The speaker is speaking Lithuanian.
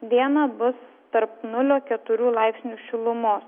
dieną bus tarp nulio keturių laipsnių šilumos